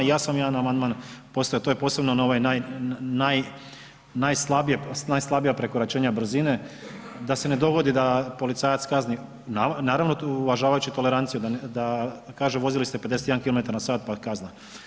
I ja sam jedan amandman postavio to je posebno na ovaj najslabija prekoračenja brzine, da se ne dogodi da policajac kazni, naravno uvažavajući toleranciju, da kaže vozili ste 51 km/h pa kazna.